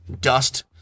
dust